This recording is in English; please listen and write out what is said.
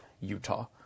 Utah